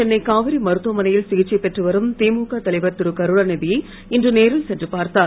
சென்னை காவிரி மருத்துவமனையில் சிகிச்சை பெற்று வரும் திமுக தலைவர் திருகருணாநிதியை இன்று நேரில் சென்று பார்த்தார்